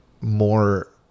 more